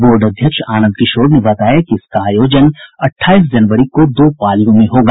board अध्यक्ष आनंद किशोर ने बताया कि इसका आयोजन अट्ठाईस जनवरी को दो पालियों में होगा